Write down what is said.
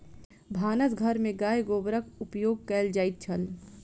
भानस घर में गाय गोबरक उपयोग कएल जाइत छल